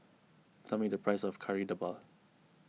tell me the price of Kari Debal